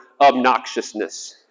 obnoxiousness